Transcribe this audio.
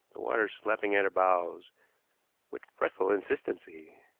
the water slapping at her bows with fretful insistency.